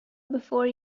before